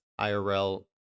IRL